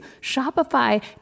Shopify